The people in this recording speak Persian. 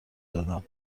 دادم